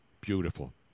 Beautiful